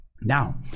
Now